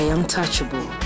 Untouchable